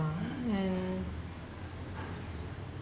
and